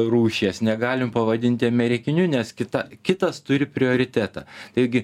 rūšies negalim pavadinti amerikiniu nes kita kitas turi prioritetą taigi